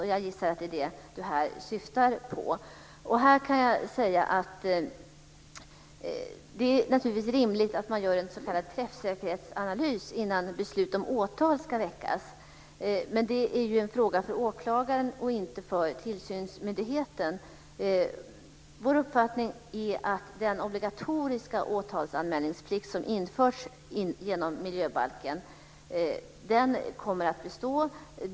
Och jag gissar att det är det som hon här syftar på. Jag kan säga att det naturligtvis är rimligt att man gör en s.k. träffsäkerhetsanalys innan man fattar beslut om huruvida åtal ska väckas. Men det är en fråga för åklagaren och inte för tillsynsmyndigheten. Vår uppfattning är att den obligatoriska åtalsanmälningsplikt som införs genom miljöbalken kommer att bestå.